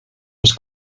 was